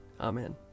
Amen